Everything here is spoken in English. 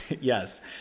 Yes